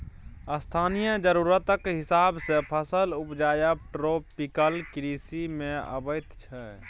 स्थानीय जरुरतक हिसाब सँ फसल उपजाएब ट्रोपिकल कृषि मे अबैत छै